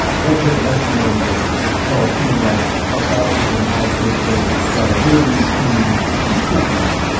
one of her lesser known books is called something like about the b'nai b'rith bagels. it's about a little league team in the fifty s.